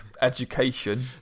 education